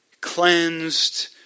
cleansed